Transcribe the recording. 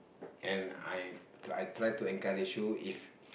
and I try to encourage you if